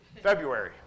February